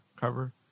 cover